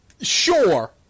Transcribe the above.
Sure